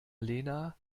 lena